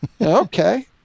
Okay